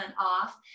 off